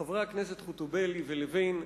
חברי הכנסת חוטובלי ולוין,